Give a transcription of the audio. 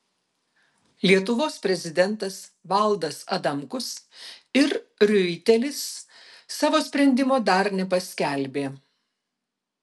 lietuvos prezidentas valdas adamkus ir riuitelis savo sprendimo dar nepaskelbė